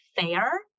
fair